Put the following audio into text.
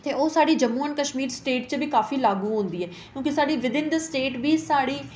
ते ओह् साढ़ी जम्मू एंड कश्मीर च स्टेट च बी काफी लागू होंदी ऐ क्योकि साढ़ी विदेन द स्टेट बी साढ़ी